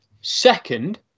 second